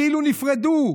כאילו נפרדו.